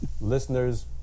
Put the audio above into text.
listeners